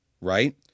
Right